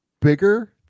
bigger